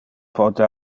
pote